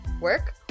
work